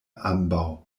ambaŭ